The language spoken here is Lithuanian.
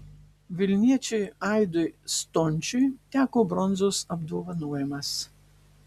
vilniečiui aidui stončiui teko bronzos apdovanojimas